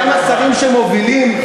גם השרים שמובילים.